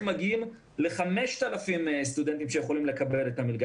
מגיעים ל-5,000 סטודנטים שיכולים לקבל את המלגה.